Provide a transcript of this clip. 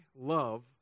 love